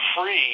free